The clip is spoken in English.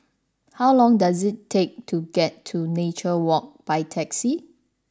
how long does it take to get to Nature Walk by taxi